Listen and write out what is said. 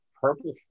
purple